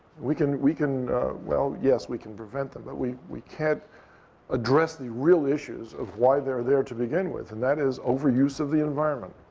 we can we can well, yes, we can prevent them. but we we can't address the real issues of why they are there to begin with. and that is overuse of the environment.